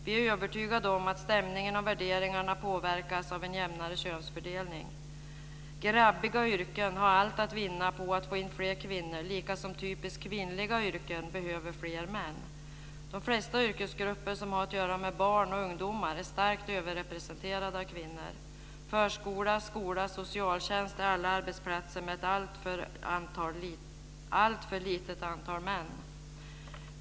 Vi är övertygade om att stämningen och värderingarna påverkas av en jämnare könsfördelning. Grabbiga yrken har allt att vinna på att få in fler kvinnor, liksom typiskt kvinnliga yrken behöver fler män. De flesta yrkesgrupper som har att göra med barn och ungdomar är starkt överrepresenterade av kvinnor. Förskola, skola, socialtjänst är alla arbetsplatser med ett alltför litet antal män.